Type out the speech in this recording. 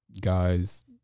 guys